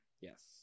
Yes